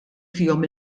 fihom